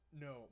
No